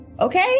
Okay